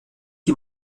die